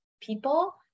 people